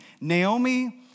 Naomi